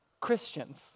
Christians